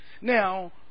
Now